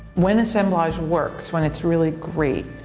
when assemblage works, when it's really great,